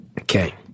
Okay